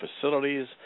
facilities